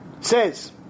says